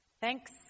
Thanks